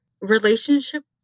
relationship